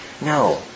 No